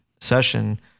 session